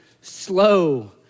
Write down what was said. Slow